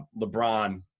LeBron